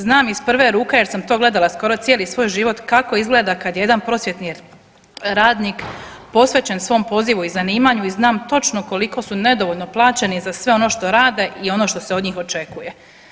Znam iz prve ruke jer sam to gledala skoro cijeli svoj život kako izgleda kad jedan prosvjetni radnik posvećen svom pozivu i zanimanju i znam točno koliko su nedovoljno plaćeni za sve ono što rade i ono što se od njih očekuje.